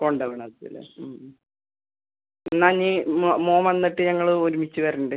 കൊണ്ട് വന്നതാണല്ലേ ഉം ഉം എന്നാൽ ഇനി മകൻ വന്നിട്ട് ഞങ്ങള് ഒരുമിച്ച് വരുന്നുണ്ട്